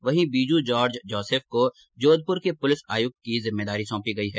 वहीं Biju George Joseph को जोधपुर के पुलिस आयुक्त की जिम्मेदारी सौंपी है